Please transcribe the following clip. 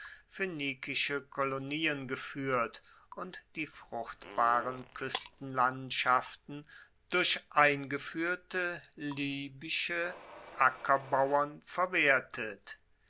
phoenikische kolonien gefuehrt und die fruchtbaren kuestenlandschaften durch eingefuehrte libysche ackerbauern verwertet